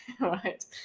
right